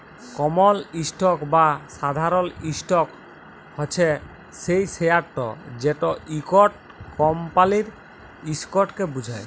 কমল stock বা সাধারল stock হছে সেই শেয়ারট যেট ইকট কমপালির ইসটককে বুঝায়